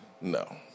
No